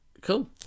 cool